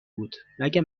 بود، مگه